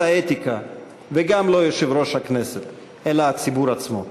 האתיקה וגם לא יושב-ראש הכנסת אלא הציבור עצמו,